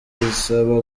bisaba